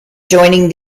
joining